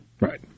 Right